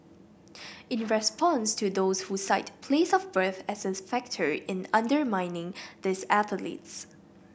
in response to those who cite place of birth as a factor in undermining these athletes